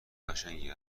قشنگی